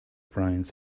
brains